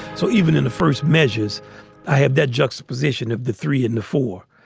so even in the first measures i have that juxtaposition of the three and the four,